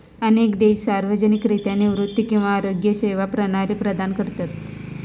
अनेक देश सार्वजनिकरित्या निवृत्ती किंवा आरोग्य सेवा प्रणाली प्रदान करतत